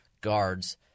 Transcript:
guards